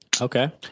okay